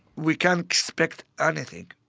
we can't expect anything,